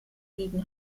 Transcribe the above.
gegen